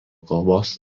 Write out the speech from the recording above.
kalbos